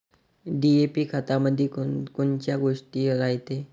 DAP खतामंदी कोनकोनच्या गोष्टी रायते?